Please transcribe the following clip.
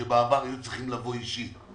כאשר בעבר היו צריכים לבוא אתם אישית.